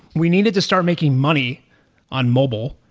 we needed to start making money on mobile.